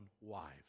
wives